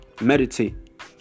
Meditate